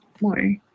more